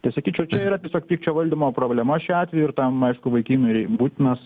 tai sakyčiau čia yra tiesiog pykčio valdymo problema šiuo atveju ir tam aišku vaikinui būtinas